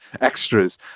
extras